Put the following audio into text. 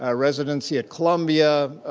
ah residency at columbia,